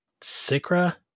Sikra